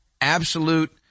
absolute